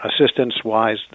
assistance-wise